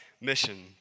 mission